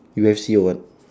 U_F_C or what